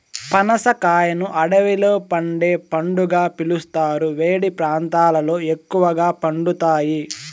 పనస కాయను అడవిలో పండే పండుగా పిలుస్తారు, వేడి ప్రాంతాలలో ఎక్కువగా పండుతాయి